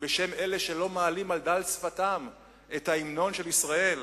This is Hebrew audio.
בשם אלה שלא מעלים על דל שפתיהם את ההמנון של ישראל?